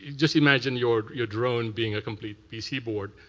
just imagine your your drone being a complete pc board,